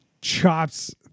chops